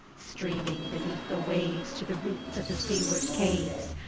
streaming beneath the waves to the roots of the seaward caves.